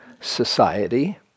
society